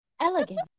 Elegant